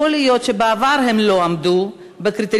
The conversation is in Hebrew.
יכול להיות שבעבר הם לא עמדו בקריטריונים,